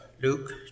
Luke